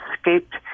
escaped